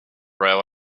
railway